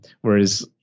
whereas